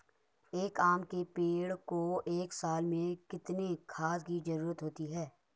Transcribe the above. एक आम के पेड़ को एक साल में कितने खाद की जरूरत होती है?